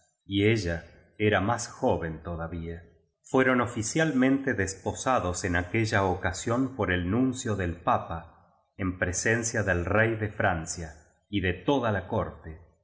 y ella era rúas joven todavía fueron oficialmente desposados en aquella ocasión por ei nun cio del papa en presencia del rey de francia y de toda la corte